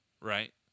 Right